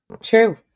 true